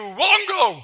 wongo